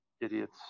idiots